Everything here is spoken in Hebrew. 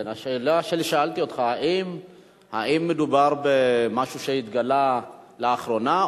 השאלה ששאלתי אותך: האם מדובר במשהו שהתגלה לאחרונה,